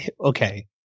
Okay